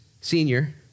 senior